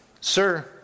Sir